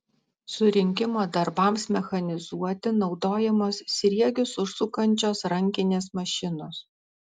surinkimo darbams mechanizuoti naudojamos sriegius užsukančios rankinės mašinos